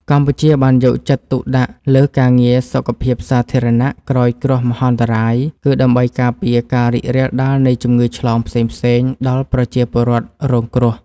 កម្ពុជាបានយកចិត្តទុកដាក់លើការងារសុខភាពសាធារណៈក្រោយគ្រោះមហន្តរាយ គឺដើម្បីការពារការរីករាលដាលនៃជំងឺឆ្លងផ្សេងៗដល់ប្រជាពលរដ្ឋរងគ្រោះ។